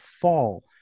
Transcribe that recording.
fall